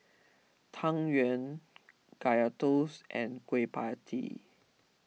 Tang Yuen Kaya Toast and Kueh Pie Tee